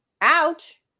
Ouch